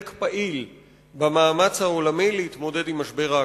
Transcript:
פעיל במאמץ העולמי להתמודד עם משבר האקלים.